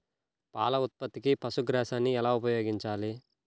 పాల ఉత్పత్తికి పశుగ్రాసాన్ని ఎలా ఉపయోగించాలి?